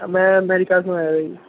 ਮੈਂ ਅਮੈਰੀਕਾ ਤੋਂ ਆਇਆ ਜੀ